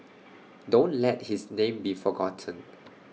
don't let his name be forgotten